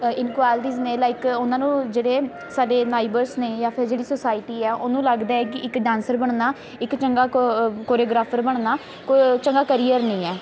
inequalities ਨੇ like ਉਹਨਾਂ ਨੂੰ ਜਿਹੜੇ ਸਾਡੇ ਨਾਈਬਰਸ ਨੇ ਜਾਂ ਫਿਰ ਜਿਹੜੀ ਸੋਸਾਇਟੀ ਆ ਉਹਨੂੰ ਲੱਗਦਾ ਹੈ ਕਿ ਇੱਕ ਡਾਂਸਰ ਬਣਨਾ ਇੱਕ ਚੰਗਾ ਕੋ ਕੋਰੀਓਗ੍ਰਾਫਰ ਬਣਨਾ ਕੋ ਚੰਗਾ ਕਰੀਅਰ ਨਹੀਂ ਹੈ